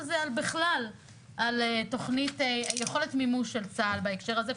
זה בכלל על תוכנית יכולת מימוש של צה"ל בהקשר הזה,